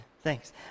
thanks